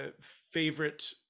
favorite